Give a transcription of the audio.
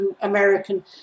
American